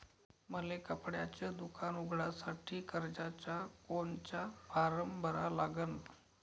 मले कपड्याच दुकान उघडासाठी कर्जाचा कोनचा फारम भरा लागन?